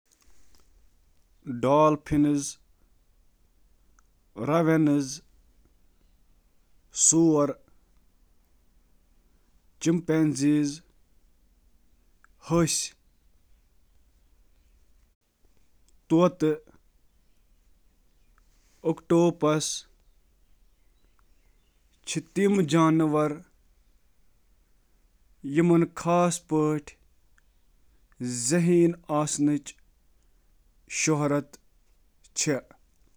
وۄنۍ چھِ ہسہِ ساروِی کھۄتہٕ ذہین غٲر انسٲنی جانورو منٛز اکھ مانٛنہٕ یِوان۔